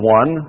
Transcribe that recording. one